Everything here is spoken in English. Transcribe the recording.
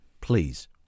please